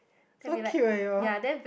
so cute eh your